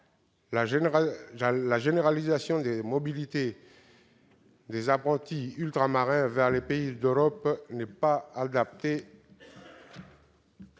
La généralisation des mobilités des apprentis ultramarins vers les pays d'Europe n'est pas